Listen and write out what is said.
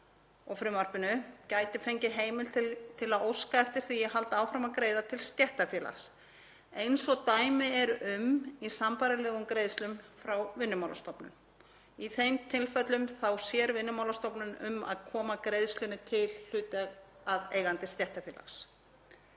og frumvarpinu geti fengið heimild til að óska eftir því að halda áfram að greiða til stéttarfélags, eins og dæmi eru um í sambærilegum greiðslum frá Vinnumálastofnun. Í þeim tilfellum sér Vinnumálastofnun um að koma greiðslunni til hlutaðeigandi stéttarfélags.